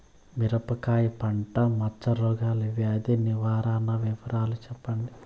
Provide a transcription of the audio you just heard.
మిరపకాయ పంట మచ్చ రోగాల వ్యాధి నివారణ వివరాలు చెప్పండి?